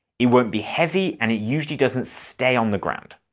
it won't be heavy and it usually doesn't stay on the ground.